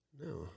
No